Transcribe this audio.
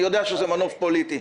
אני יודע שזה מנוף פוליטי.